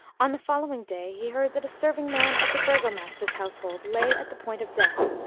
on the following day he heard that a serving-man of the burgomaster's household lay at the point of death,